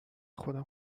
خودم